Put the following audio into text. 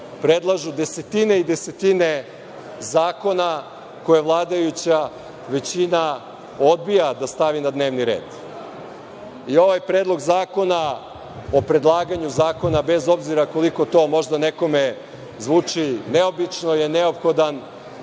predlažu desetine i desetine zakona koje vladajuća većina odbija da stavi na dnevni red.I ovaj Predlog zakona o predlaganju zakona, bez obzira koliko to možda nekome zvuči neobično, je neophodan